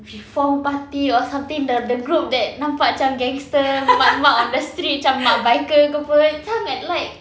reform party or something the the group that nampak macam gangster mat mat on the street macam mat biker ke [pe] macam at like